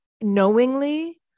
knowingly